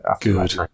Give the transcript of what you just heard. Good